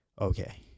okay